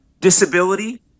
Disability